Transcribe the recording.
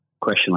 question